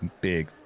big